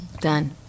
Done